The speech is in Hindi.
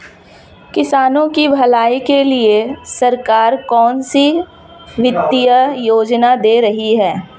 किसानों की भलाई के लिए सरकार कौनसी वित्तीय योजना दे रही है?